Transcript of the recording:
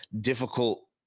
difficult